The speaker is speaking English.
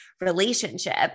relationship